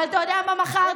אבל אתה יודע מה מכרת?